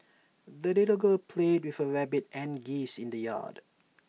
the little girl played with her rabbit and geese in the yard